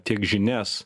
tiek žinias